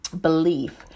belief